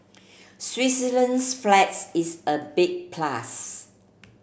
Switzerland's flags is a big plus